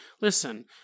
listen